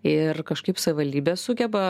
ir kažkaip savivaldybės sugeba